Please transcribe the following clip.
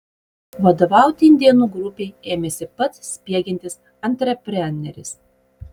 vadovauti indėnų grupei ėmėsi pats spiegiantis antrepreneris